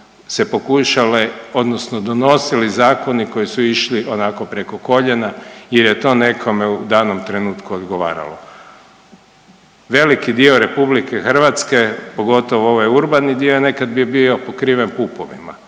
se pokušale odnosno donosili zakoni koji su išli onako preko koljena jer je to nekome u danom trenutku odgovaralo. Veliki dio RH pogotovo ovaj urbani dio nekad je bio pokriven PUP-ovima